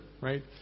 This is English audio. Right